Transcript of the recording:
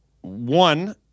One